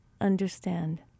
understand